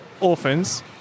orphans